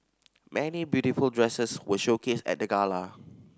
many beautiful dresses were showcased at the gala